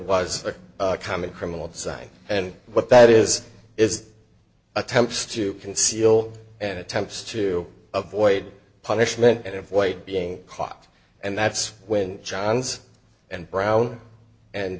was a common criminal design and what that is is attempts to conceal and attempts to avoid punishment and avoid being caught and that's when johns and brown and